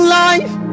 life